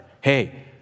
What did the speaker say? Hey